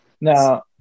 Now